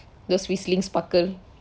the swiss links sparkle